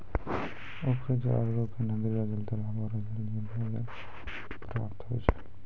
उपरी जलरो रुप मे नदी रो जल, तालाबो रो जल, झिल रो जल प्राप्त होय छै